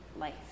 life